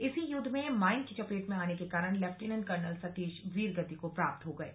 इसी युद्ध में माइन की चपेट में आने के कारण लेफ्टिनेंट कर्नल सतीश वीरगति को प्राप्त हो गये